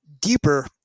deeper